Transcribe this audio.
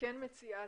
מקרה